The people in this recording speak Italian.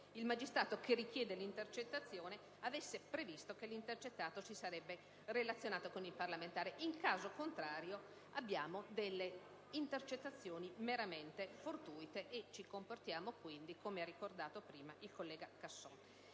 il magistrato richiedente l'intercettazione avesse previsto che l'intercettato si sarebbe relazionato con il parlamentare. In caso contrario, abbiamo delle intercettazioni meramente fortuite, e ci comportiamo quindi come ha ricordato prima il collega Casson.